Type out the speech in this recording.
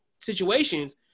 situations